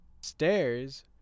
Stairs